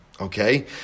Okay